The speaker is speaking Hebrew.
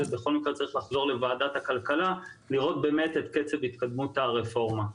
זה צריך לחזור לוועדת הכלכלה לראות באמת את קצב התקדמות הרפורמה.